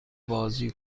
بازی